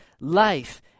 life